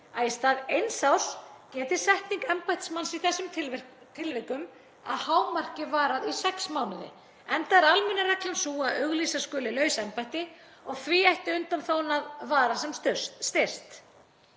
stað eins árs geti setning embættismanns í þessum tilvikum að hámarki varað í sex mánuði enda er almenna reglan sú að auglýsa skuli laus embætti og því ætti undanþágan að vara sem styst.